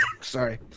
sorry